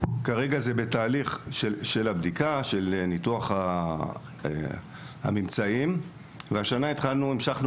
בתהליך של ניתוח הממצאים והשנה המשכנו